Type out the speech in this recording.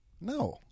No